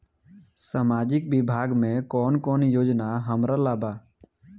सामाजिक विभाग मे कौन कौन योजना हमरा ला बा?